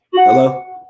Hello